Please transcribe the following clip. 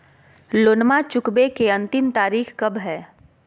लोनमा चुकबे के अंतिम तारीख कब हय?